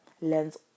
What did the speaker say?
lens